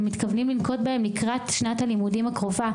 מתכוונים לנקוט בהן לקראת שנת הלימודים הקרובה,